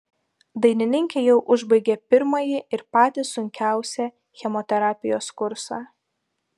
dainininkė jau užbaigė pirmąjį ir patį sunkiausią chemoterapijos kursą